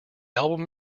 album